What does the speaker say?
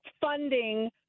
funding